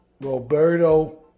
Roberto